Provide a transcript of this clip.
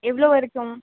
எவ்வளோ வரைக்கும்